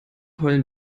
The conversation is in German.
heulen